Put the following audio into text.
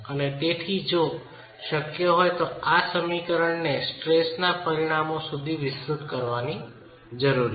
અને તેથી જો શક્ય હોય તો આ સમીકરણને સ્ટ્રેસના પરિણામો સુધી વિસ્તૃત કરવા જરૂરી છે